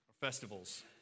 festivals